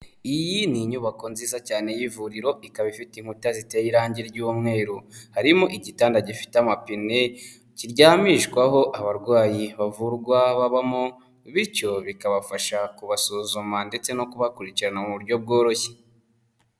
Iyi ni inyubako nziza cyane y'ivuriro, ikaba ifite inkuta ziteye irangi ry'umweru, harimo igitanda gifite amapine, kiryamishwaho abarwayi bavurwa babamo bityo bikabafasha kubasuzuma ndetse no kubakurikirana mu buryo bworoshye.